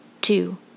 Two